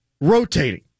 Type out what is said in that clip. rotating